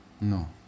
No